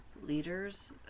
Leaders